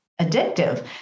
addictive